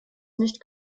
nicht